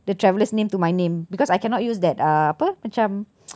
the traveller's name to my name because I cannot use that uh apa macam